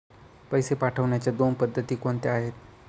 पैसे पाठवण्याच्या दोन पद्धती कोणत्या आहेत?